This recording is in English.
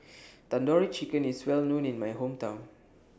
Tandoori Chicken IS Well known in My Hometown